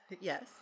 Yes